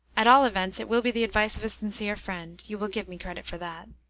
at all events it will be the advice of a sincere friend you will give me credit for that.